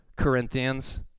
Corinthians